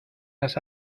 las